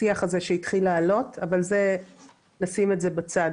השיח הזה שהתחיל לעלות, אבל נשים את זה בצד.